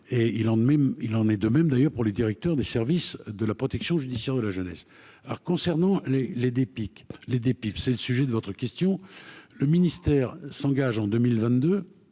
il en est de même d'ailleurs pour les directeurs des services de la protection judiciaire de la jeunesse alors concernant les les des pics les des pipes c'est le sujet de votre question, le ministère s'engage en 2022